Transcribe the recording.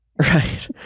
Right